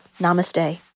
Namaste